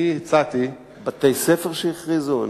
אני הצעתי, בתי-ספר שהכריזו?